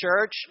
church